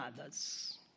others